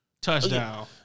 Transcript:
touchdown